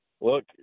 look